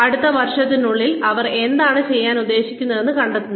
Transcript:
അടുത്ത വർഷത്തിനുള്ളിൽ അവർ എന്താണ് ചെയ്യാൻ ഉദ്ദേശിക്കുന്നതെന്ന് കണ്ടെത്തുന്നു